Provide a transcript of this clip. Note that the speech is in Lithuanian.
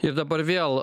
ir dabar vėl